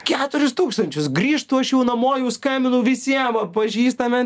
keturis tūkstančius grįžtu aš jau namo jau skambinau visiem va pažįstamiem